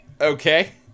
Okay